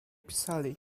pisali